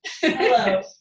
Hello